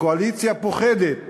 הקואליציה פוחדת